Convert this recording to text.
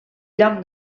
lloc